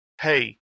Hey